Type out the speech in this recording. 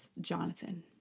Jonathan